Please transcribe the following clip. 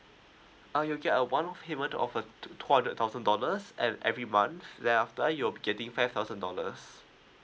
uh you'll get a one payment of a two hundred thousand dollars and every month there after you'll be getting five thousand dollars